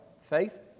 faith